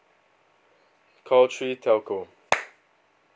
call three telco